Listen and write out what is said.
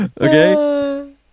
Okay